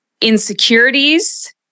insecurities